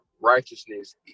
righteousness